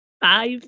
Five